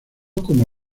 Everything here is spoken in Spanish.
como